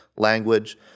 language